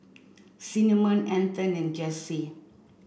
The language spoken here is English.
Cinnamon Anton and Jessi